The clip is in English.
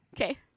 Okay